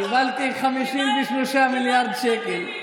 קיבלתי 53 מיליארד שקל.